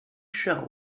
shell